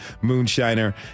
moonshiner